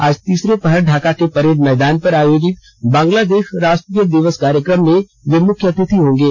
आज तीसरे पहर ढाका के परेड मैदान पर आयोजित बंगलादेश राष्ट्रीय दिवस कार्यक्रम में वे मुख्य अतिथि होंगे